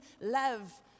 love